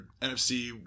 NFC